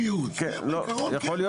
לא עושים ייעוץ, בעיקרון כן.